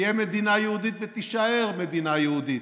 תהיה מדינה יהודית ותישאר מדינה יהודית.